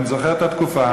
אני זוכר את התקופה.